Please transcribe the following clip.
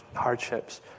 hardships